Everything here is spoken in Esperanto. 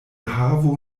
havo